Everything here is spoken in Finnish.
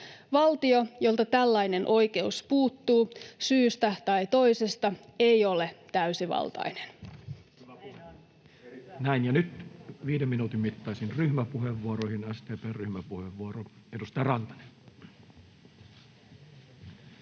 Valtio, jolta tällainen oikeus syystä tai toisesta puuttuu, ei ole täysivaltainen.